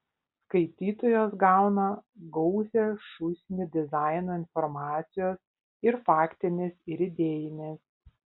skaitytojas gauna gausią šūsnį dizaino informacijos ir faktinės ir idėjinės